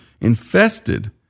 infested